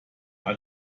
art